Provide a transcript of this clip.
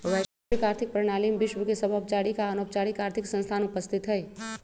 वैश्विक आर्थिक प्रणाली में विश्व के सभ औपचारिक आऽ अनौपचारिक आर्थिक संस्थान उपस्थित हइ